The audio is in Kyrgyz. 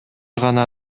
гана